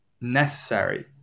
necessary